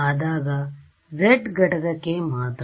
ಆದಾಗ z ಘಟಕಕ್ಕೆ ಮಾತ್ರ